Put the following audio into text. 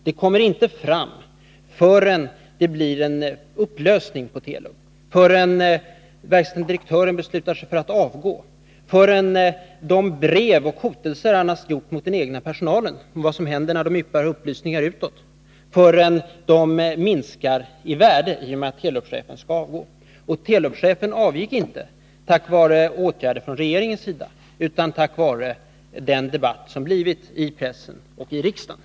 Det kommer inte fram förrän det blir en upplösning på Telub, inte förrän verkställande direktören beslutar sig för att avgå, inte förrän de brev och hotelser som han har riktat mot den egna personalen om vad som händer, när de yppar upplysningar utåt, minskar i kraft genom att Telubchefen skall avgå. Och Telubchefen avgick inte tack vare åtgärder från regeringens sida utan tack vare den debatt som uppstått i pressen och i riksdagen.